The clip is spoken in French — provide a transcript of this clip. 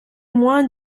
moins